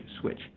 switch